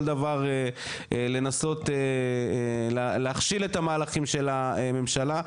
כל דבר לנסות להכשיל את המהלכים של הממשלה,